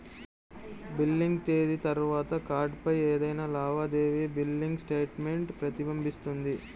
billing తేదీ తర్వాత కార్డ్పై ఏదైనా లావాదేవీ బిల్లింగ్ స్టేట్మెంట్ ప్రతిబింబిస్తుంది